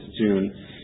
June